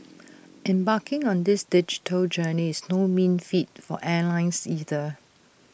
embarking on this digital journey is no mean feat for airlines either